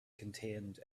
contained